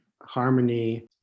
harmony